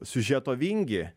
siužeto vingį